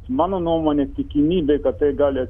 mano nuomone tikimybė kad tai gali